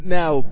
now